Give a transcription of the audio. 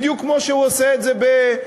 בדיוק כמו שהוא עושה את זה בשגרה.